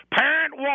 parent